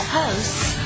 hosts